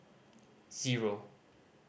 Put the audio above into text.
zero